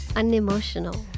unemotional